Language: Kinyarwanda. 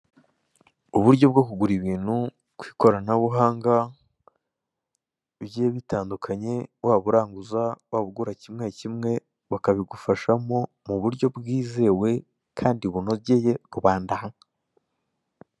Uburyo bwo kugura ibintu ku ikoranabuhanga bigiye bitandukanye waba uranguza waba ugura kimwe kimwe bakabigufashamo muburyo bwizewe kandi bunogeye rubanda.